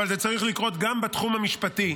אבל זה צריך לקרות גם בתחום המשפטי.